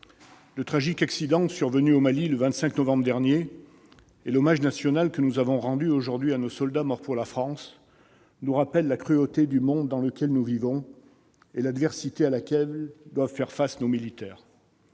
le tragique accident survenu au Mali, le 25 novembre dernier, et l'hommage national que nous avons rendu aujourd'hui à nos soldats morts pour la France nous rappellent la cruauté du monde dans lequel nous vivons et l'adversité à laquelle doivent faire face nos militaires.